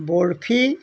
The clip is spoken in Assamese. বৰফি